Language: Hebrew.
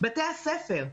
בתי הספר.